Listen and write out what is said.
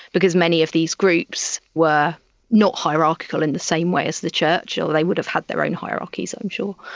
because many of these groups were not hierarchical in the same way as the church or they would have had their own hierarchies i'm sure.